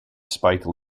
spike